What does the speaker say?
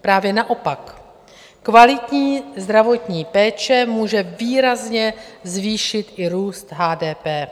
Právě naopak, kvalitní zdravotní péče může výrazně zvýšit i růst HDP.